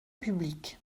publique